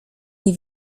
nie